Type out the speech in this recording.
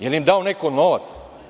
Jel im dao neko novac?